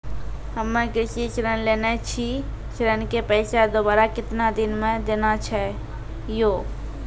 हम्मे कृषि ऋण लेने छी ऋण के पैसा दोबारा कितना दिन मे देना छै यो?